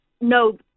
no